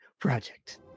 Project